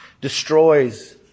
destroys